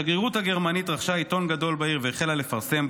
השגרירות הגרמנית רכשה עיתון גדול בעיר והחלה לפרסם